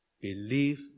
believe